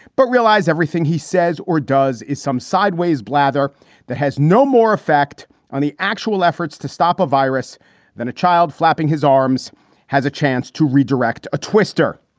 but realize everything he says or does is some sideways blather that has no more effect on the actual efforts to stop a virus than a child flapping his arms has a chance to redirect a twister.